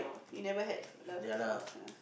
you never had love before [huh]